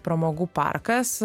pramogų parkas